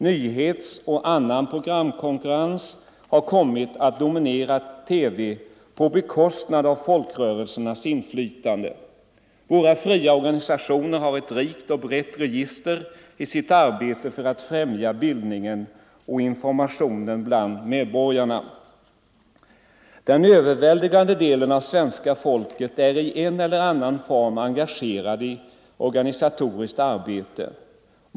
Nyhetsoch annan programkonkurrens har kommit att dominera TV på bekostnad av folkrörelsernas inflytande. Våra fria organisationer har ett rikt och brett register i sitt arbete för att främja bildningen och informationen bland medborgarna. Den överväldigande delen av svenska folket är i en eller annan form engagerad i organisatoriskt arbete.